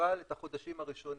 אבל את החודשים הראשונים.